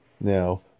Now